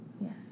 Yes